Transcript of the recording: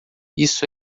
isso